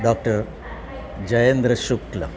doctor Jayendra Shukla